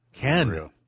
Ken